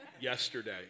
yesterday